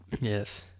Yes